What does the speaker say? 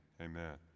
Amen